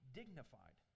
dignified